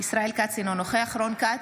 ישראל כץ, אינו נוכח רון כץ,